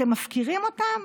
אתם מפקירים אותם?